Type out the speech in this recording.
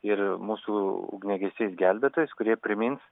ir mūsų ugniagesiais gelbėtojais kurie primins